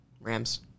Rams